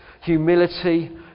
humility